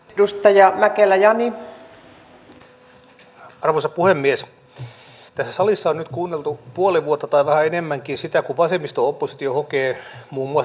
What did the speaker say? hallitus tulee lisäämään omaishoitolakiin uusia kohtia joiden myötä tämä raha menee oikealla tavalla niihin uusiin kohteisiin omaishoidossa